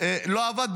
לא עבד,